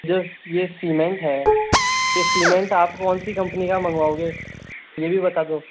जो ये सीमेन्ट है ये सीमेन्ट आप कौनसी कंपनी का मंगवाओगे ये भी बता दो